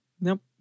Nope